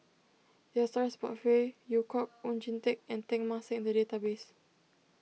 there are stories about Phey Yew Kok Oon Jin Teik and Teng Mah Seng in the database